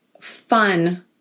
fun